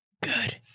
good